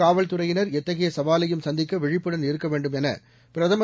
காவல்துறையினர் எத்தகைய சவாலையும் சந்திக்க விழிப்புடன் இருக்க வேண்டும் என பிரதமர்